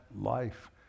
life